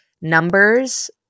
numbers